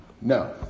No